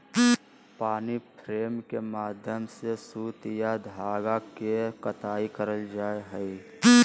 पानी फ्रेम के माध्यम से सूत या धागा के कताई करल जा हय